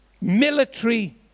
military